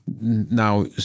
now